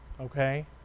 okay